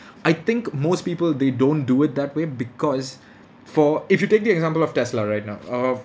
I think most people they don't do it that way because for if you take the example of Tesla right now uh